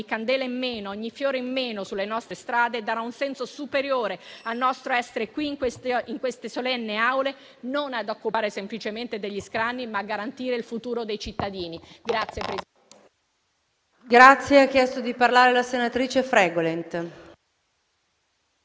candela in meno, ogni fiore in meno sulle nostre strade darà un senso superiore al nostro essere qui in queste solenni Aule non ad occupare semplicemente degli scranni, ma a garantire il futuro dei cittadini.